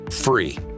free